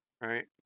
right